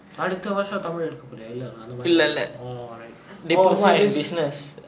அடுத்த வருசம் தமிழ் எடுகக போறியா இல்ல அந்தமாரி:adutha varusam tamil edukka poriyaa illa anthamaari oh right so this